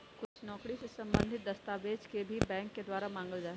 कुछ नौकरी से सम्बन्धित दस्तावेजों के भी बैंक के द्वारा मांगल जा हई